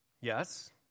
Yes